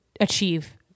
achieve